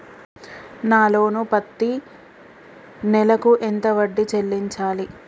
నా లోను పత్తి నెల కు ఎంత వడ్డీ చెల్లించాలి?